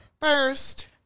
first